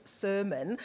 sermon